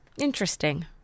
Interesting